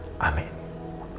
Amen